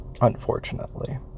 unfortunately